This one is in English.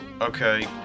Okay